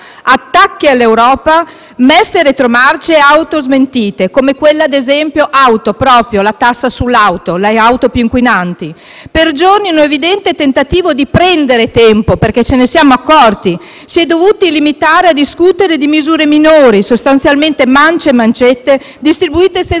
attacchi all'Europa, meste retromarce e autosmentite come quella, ad esempio, sulla tassa sulle auto più inquinanti. Per giorni, un evidente tentativo di prendere tempo perché, ce ne siamo accorti, ci si è dovuti limitare a discutere di misure minori, sostanzialmente mance e mancette distribuite senza